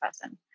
person